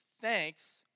thanks